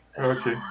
Okay